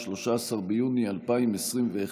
13 ביוני 2021,